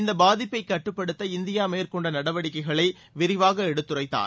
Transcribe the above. இந்த பாதிப்பை கட்டுப்படுத்த இந்தியா மேற்கொண்ட நடவடிக்கைகளை விரிவாக எடுத்துரைத்தார்